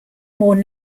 more